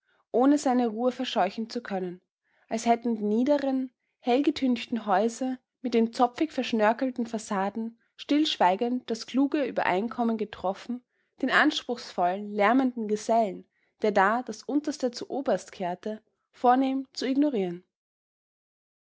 ohne seine ruhe verscheuchen zu können als hätten die niederen hell getünchten häuser mit den zopfig verschnörkelten fassaden stillschweigend das kluge übereinkommen getroffen den anspruchsvollen lärmenden gesellen der da das unterste zu oberst kehrte vornehm zu ignorieren